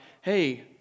hey